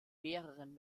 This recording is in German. mehreren